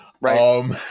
right